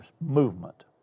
movement